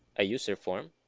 a userform.